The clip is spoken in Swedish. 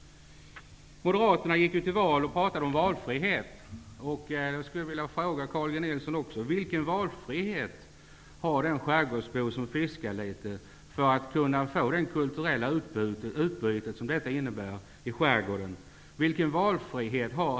Moderaterna gick till val på frågan om valfrihet. Jag skulle vilja fråga Carl G Nilsson: Vilken valfrihet har den skärgårdsbo som fiskar litet för att kunna få det kulturella utbyte som det innebär att fiska i skärgården?